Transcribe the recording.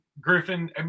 Griffin